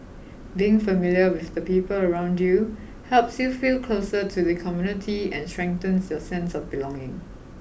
being familiar with the people around you helps you feel closer to the community and strengthens your sense of belonging